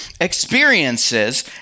experiences